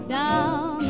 down